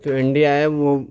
جو انڈیا آئے وہ